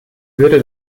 würde